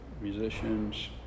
musicians